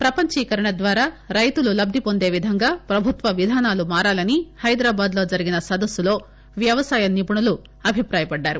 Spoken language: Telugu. ప్రపంచీకరణ ద్వారా రైతులు లబ్దిపొందే విధంగా ప్రభుత్వ విధానాలు మారాలని హైదరాబాద్ లో జరిగిన సదస్పులో వ్యవసాయ నిపుణులు అభిప్రాయపడ్డారు